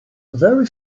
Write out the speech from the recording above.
very